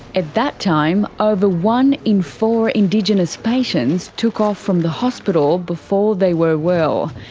at that time, over one in four indigenous patients took off from the hospital before they were well.